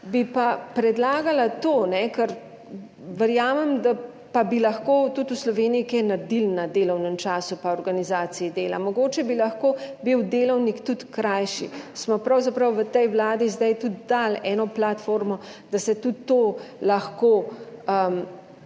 Bi pa predlagala to, ker verjamem, da pa bi lahko tudi v Sloveniji kaj naredili na delovnem času, pa organizaciji dela. Mogoče bi lahko bil delovnik tudi krajši. Smo pravzaprav v tej Vladi zdaj tudi dali eno platformo, da se tudi to lahko